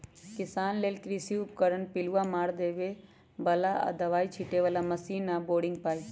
किसान लेल कृषि उपकरण पिलुआ मारे बला आऽ दबाइ छिटे बला मशीन आऽ बोरिंग पाइप